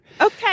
Okay